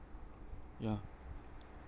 ya